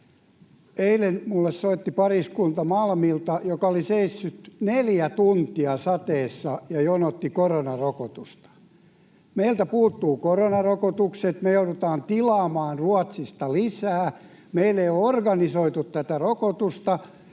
Eilen minulle soitti Malmilta pariskunta, joka oli seissyt neljä tuntia sateessa ja jonotti koronarokotusta. Meiltä puuttuvat koronarokotukset, me joudutaan tilaamaan Ruotsista lisää. Meillä ei ole organisoitu tätä rokotusta,